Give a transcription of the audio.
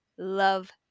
Love